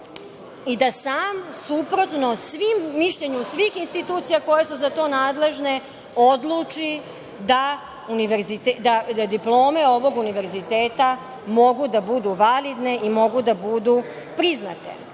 i da sam, suprotno mišljenju svih institucija koje su za to nadležne, odluči da diplome ovog univerziteta mogu da budu validne i mogu da budu priznate? Doduše,